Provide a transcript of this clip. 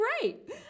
great